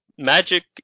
Magic